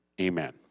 Amen